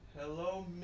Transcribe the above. Hello